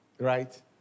Right